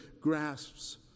grasps